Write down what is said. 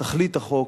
תכלית החוק